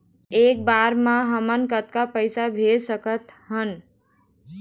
एक बर मे हमन कतका पैसा भेज सकत हन?